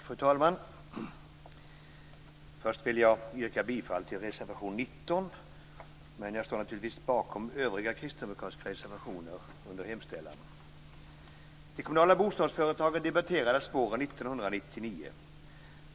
Fru talman! Först vill jag yrka bifall till reservation 19, men jag står naturligtvis bakom övriga kristdemokratiska reservationer under hemställan. De kommunala bostadsföretagen debatterades våren 1999.